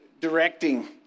directing